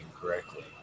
correctly